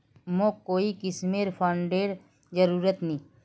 मोक कोई किस्मेर फंडेर जरूरत नी